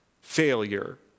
Failure